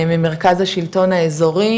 ממרכז השלטון האזורי,